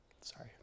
Sorry